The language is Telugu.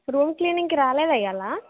రూమ్ క్లీనింగ్కి రాలేదా ఇవాళా